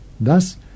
Thus